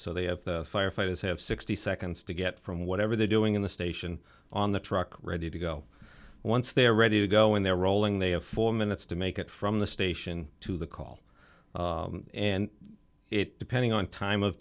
so they have the firefighters have sixty seconds to get from whatever they're doing in the station on the truck ready to go once they're ready to go and they're rolling they have four minutes to make it from the station to the call and it depending on time of